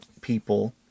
people